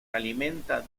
alimenta